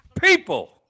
people